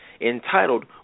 entitled